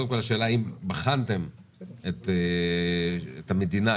האם בחנתם את המדינה,